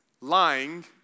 lying